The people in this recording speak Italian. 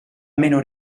meno